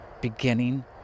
beginning